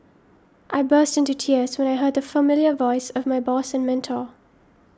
I burst into tears when I heard the familiar voice of my boss and mentor